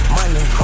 money